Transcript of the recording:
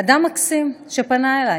אדם מקסים שפנה אלי,